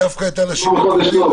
חודש טוב.